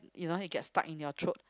you know it get stuck in your throat